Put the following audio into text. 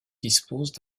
disposent